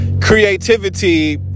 creativity